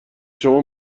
شما